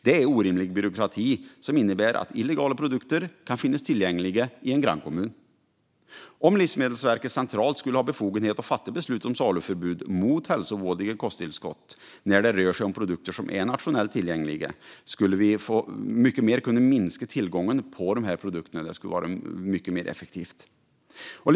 Det är en orimlig byråkrati som innebär att illegala produkter kan finnas tillgängliga i grannkommunen. Om Livsmedelsverket centralt skulle ha befogenhet att fatta beslut om saluförbud mot hälsovådliga kosttillskott när det rör sig om produkter som är nationellt tillgängliga skulle vi kunna minska tillgången på ett mer effektivt sätt.